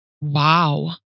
Wow